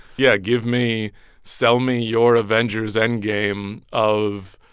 yeah, give me sell me your avengers endgame of,